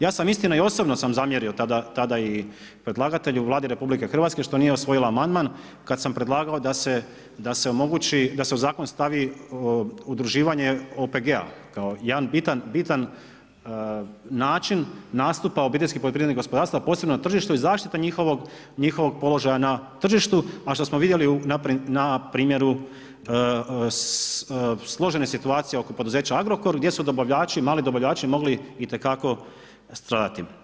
Ja sam istina i osobno sam zamjerio tada i predlagatelju, Vladi RH što nije usvojila amandman kada sam predlagao da se omogući, da se u zakon stavi udruživanje OPG-a kao jedan bitan način nastupa OPG-ova posebno na tržištu i zaštita njihovog položaja na tržištu a što smo vidjeli na primjeru složene situacije oko poduzeća Agrokor gdje su dobavljači, mali dobavljači mogli itekako stradati.